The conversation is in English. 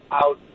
out